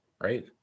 right